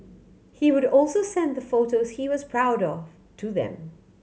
he would also send the photos he was proud of to them